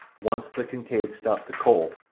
once the kincaid stopped to coal,